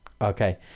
Okay